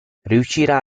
riuscirà